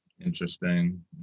Interesting